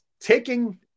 Taking